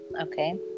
okay